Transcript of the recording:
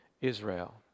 Israel